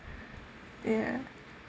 ya